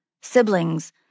siblings